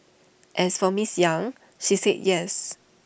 as for miss yang she said yes